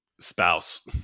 spouse